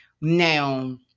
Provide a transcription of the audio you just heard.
Now